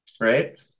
Right